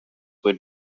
would